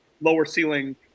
lower-ceiling –